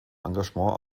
engagement